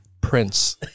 Prince